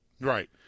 Right